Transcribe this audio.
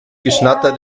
geschnatter